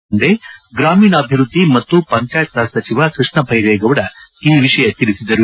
ದೇಶಪಾಂಡೆ ಗ್ರಾಮೀಣಾಭಿವೃದ್ಧಿ ಮತ್ತು ಪಂಚಾಯತ್ ರಾಜ್ ಸಚಿವ ಕೃಷ್ಣ ಬೈರೇಗೌಡ ಈ ವಿಷಯ ತಿಳಿಸಿದರು